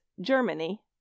Germany